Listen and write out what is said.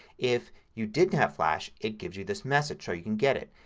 if you didn't have flash it gives you this message so you can get it.